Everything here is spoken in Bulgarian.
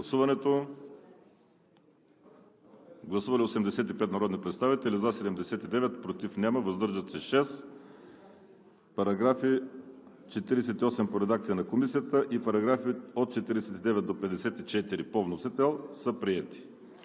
Гласували 85 народни представители: за 79, против няма, въздържали се 6. Параграф 48 по редакция на Комисията и параграфи от 49 до 54 по вносител са приети.